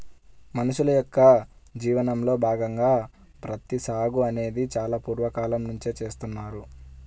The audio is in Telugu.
మనుషుల యొక్క జీవనంలో భాగంగా ప్రత్తి సాగు అనేది చాలా పూర్వ కాలం నుంచే చేస్తున్నారు